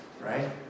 right